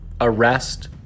arrest